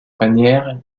manière